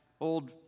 old